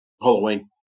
Halloween